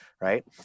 Right